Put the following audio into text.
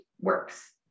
works